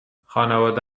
خانواده